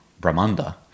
Brahmanda